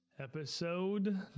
Episode